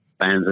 fans